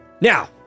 Now